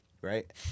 right